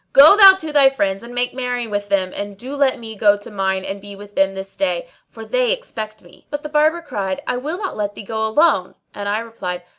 go thou to thy friends and make merry with them and do let me go to mine and be with them this day, for they expect me. but the barber cried, i will not let thee go alone and i replied,